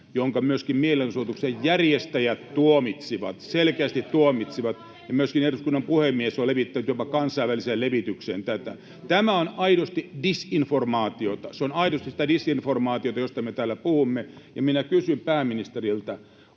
perussuomalaisten ryhmästä] selkeästi tuomitsivat. Myöskin eduskunnan puhemies on levittänyt jopa kansainväliseen levitykseen tätä. Tämä on aidosti disinformaatiota, se on aidosti sitä disinformaatiota, josta me täällä puhumme. Minä kysyn pääministeriltä: